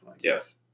Yes